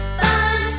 fun